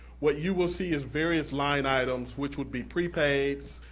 what you will see is various line items, which would be prepaids,